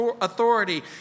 authority